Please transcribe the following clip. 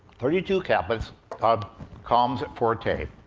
thirty-two tablets of calms forte.